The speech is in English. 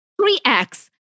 3x